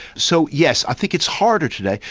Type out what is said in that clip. so yes, i think it's harder today,